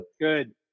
Good